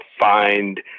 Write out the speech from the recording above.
find